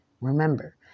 remember